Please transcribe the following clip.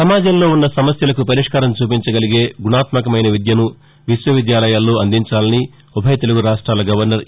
సమాజంలో ఉన్న సమస్యలకు పరిష్కారం చూపించగలిగే గుణాత్మకమైన విద్యను విశ్వవిద్యాలయాల్లో అందించాలని ఉభయ తెలుగు రాష్ట్లల గవర్నర్ ఇ